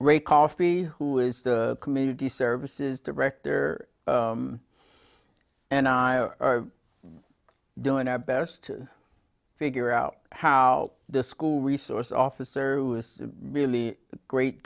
great coffee who is the community services director and i are doing our best to figure out how the school resource officer who is really great